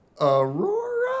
Aurora